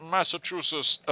Massachusetts